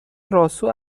راسو